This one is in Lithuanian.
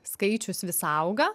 skaičius vis auga